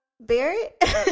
Barrett